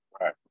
Right